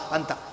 Anta